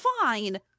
fine